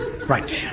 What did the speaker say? Right